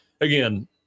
again